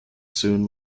soon